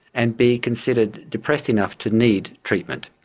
and be considered depressed enough to need treatment.